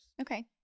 Okay